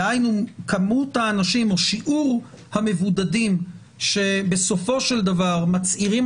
דהיינו כמות האנשים או שיעור המבודדים שבסופו של דבר מצהירים